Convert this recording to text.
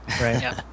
Right